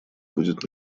будет